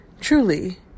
Truly